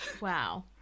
Wow